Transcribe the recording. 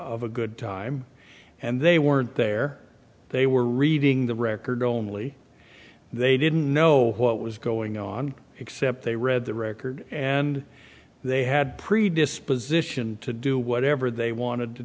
of a good time and they weren't there they were reading the record only they didn't know what was going on except they read the record and they had predisposition to do whatever they wanted to